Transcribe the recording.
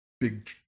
big